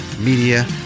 Media